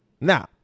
Now